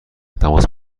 تماس